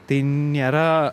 tai nėra